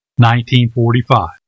1945